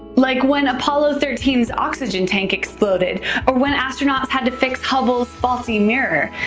like when apollo thirteen s oxygen tank exploded or when astronauts had to fix hubble's faulty mirror.